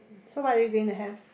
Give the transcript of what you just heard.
so what do you going to have